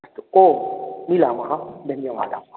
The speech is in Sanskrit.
अस्तु ओम् मिलामः धन्यवादाः